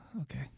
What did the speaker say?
okay